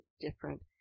Different